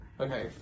Okay